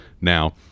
now